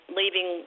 leaving